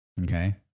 Okay